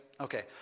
Okay